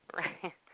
right